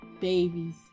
Babies